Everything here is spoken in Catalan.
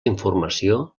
informació